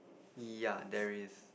ya there is